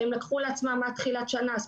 הם לקחו לעצמם שזה מתחילת השנה,